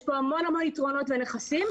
יש פה המון יתרונות ונכסים,